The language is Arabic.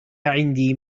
عندي